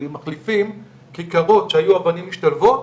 אם הם כאן ודיברו, אז זה בסדר.